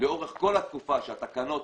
לאורך כל התקופה שהתקנות